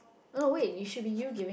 no no wait it should be you giving